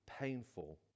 painful